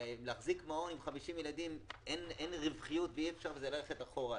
להחזיק מעון עם 50 ילדים אין רווחיות ואי אפשר בזה ללכת אחורה,